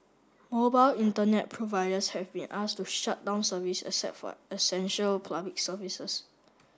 Mobile Internet providers have been asked to shut down service except for essential public services